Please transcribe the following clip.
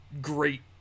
great